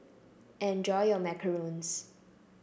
enjoy your Macarons